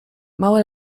małe